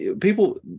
people